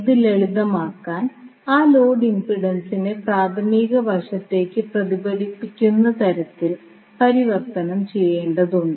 ഇത് ലളിതമാക്കാൻ ആ ലോഡ് ഇംപെഡൻസിനെ പ്രാഥമിക വശത്തേക്ക് പ്രതിഫലിപ്പിക്കുന്ന തരത്തിൽ പരിവർത്തനം ചെയ്യേണ്ടതുണ്ട്